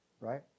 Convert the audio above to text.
right